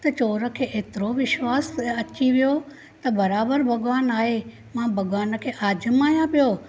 त चोर खे एतिरो विश्वास अची वियो त बराबरि भॻवानु आहे मां भॻवान खे आजमाया पियो